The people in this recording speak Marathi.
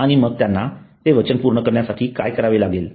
आणि त्यांना ते वचन पूर्ण करण्यासाठी काय करावे लागेल